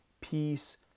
peace